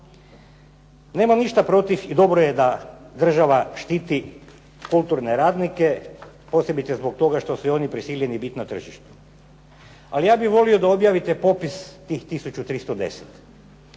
Nemam ništa protiv i dobro je da država štiti kulturne radnike, posebice zbog toga što su i oni prisiljeni biti na tržištu. Ali ja bih volio da objavite popis tih